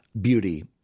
beauty